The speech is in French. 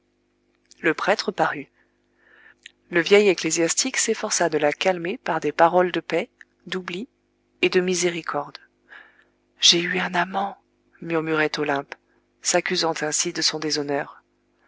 le prêtre parut le vieil ecclésiastique s'efforça de la calmer par des paroles de paix d'oubli et de miséricorde j'ai eu un amant murmurait olympe s'accusant ainsi de son déshonneur